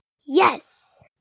Yes